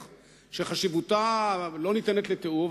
שחשיבותה לא ניתנת לתיאור,